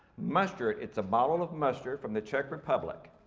mustard, it's a bottle of mustard from the czech republic,